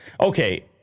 Okay